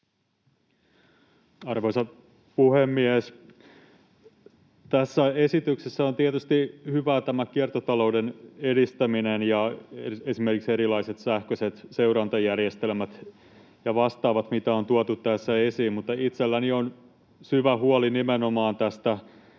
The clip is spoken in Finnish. Arvoisa puhemies! Tässä esityksessä on tietysti hyvää tämä kiertotalouden edistäminen ja esimerkiksi erilaiset sähköiset seurantajärjestelmät ja vastaavat, joita on tuotu tässä esiin, mutta itselläni on syvä huoli nimenomaan tästä